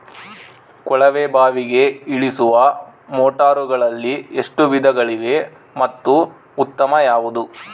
ಕೊಳವೆ ಬಾವಿಗೆ ಇಳಿಸುವ ಮೋಟಾರುಗಳಲ್ಲಿ ಎಷ್ಟು ವಿಧಗಳಿವೆ ಮತ್ತು ಉತ್ತಮ ಯಾವುದು?